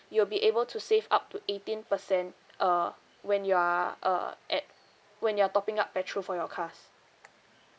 you'll be able to save up to eighteen percent uh when you are uh at when you are topping up petrol for your cars